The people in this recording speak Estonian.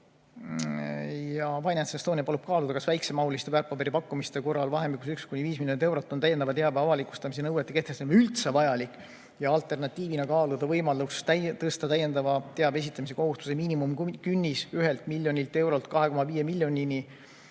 FinanceEstonia palub kaaluda, kas väiksemahuliste väärtpaberipakkumiste korral vahemikus 1–5 miljonit eurot on täiendava teabe avalikustamise nõude kehtestamine üldse vajalik, ja alternatiivina palub kaaluda võimalust tõsta täiendava teabe esitamise kohustuse miinimumkünnis 1 miljonilt eurolt 2,5 miljonile